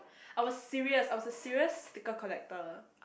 I was serious I was a serious sticker collector